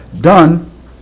done